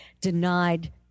denied